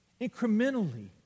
incrementally